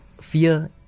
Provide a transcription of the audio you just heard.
fear